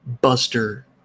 Buster